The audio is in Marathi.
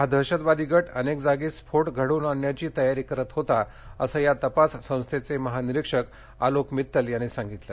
हा दहशतवादी गट अनेक जागी स्फोट घडवून आणण्याची तयारी करत होता असं या तपास संस्थेचे महानिरीक्षक आलोक मित्तल यांनी सांगितल